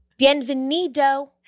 Bienvenido